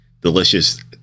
delicious